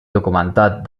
documentat